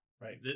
right